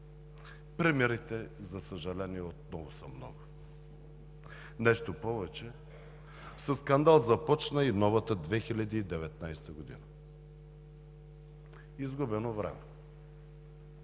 примерите, за съжаление, отново са много. Нещо повече, със скандал започна и новата 2019 г. Изгубено време.